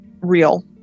real